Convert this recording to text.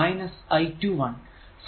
അതിനാൽ I12 I21 4 ampere ആണ്